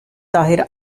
daher